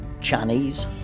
Chinese